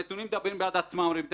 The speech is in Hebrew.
הנתונים מדברים בעד עצמם, הריבית